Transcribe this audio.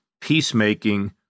peacemaking